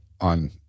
On